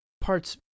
parts